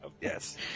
Yes